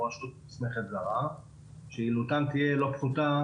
רשות מוסמכת זרה שיעילותם תהיה לא פחותה,